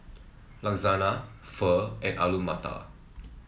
Lasagna Pho and Alu Matar